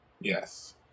Yes